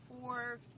four